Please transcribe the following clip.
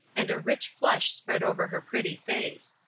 and a rich flush spread over her pretty face.